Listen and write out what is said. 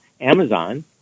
Amazon